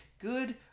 good